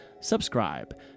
subscribe